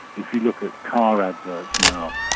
if you look at car adverts now,